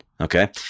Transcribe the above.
Okay